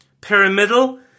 Pyramidal